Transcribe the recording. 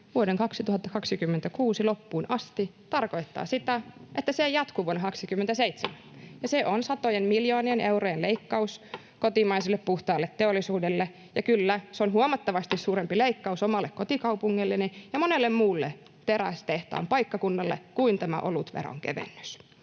vuoden 2026 loppuun asti” tarkoittaa sitä, että se ei jatku vuodelle 27, ja se on satojen miljoonien eurojen leikkaus kotimaiselle puhtaalle teollisuudelle. Ja kyllä, se on huomattavasti suurempi leikkaus omalle kotikaupungilleni ja monelle muulle terästehtaan paikkakunnalle kuin tämä olutveron kevennys.